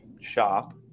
shop